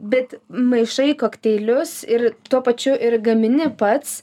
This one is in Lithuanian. bet maišai kokteilius ir tuo pačiu ir gamini pats